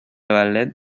ballet